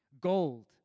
gold